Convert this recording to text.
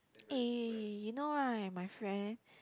eh you know right my friend